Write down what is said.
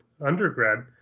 undergrad